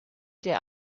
der